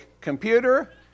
computer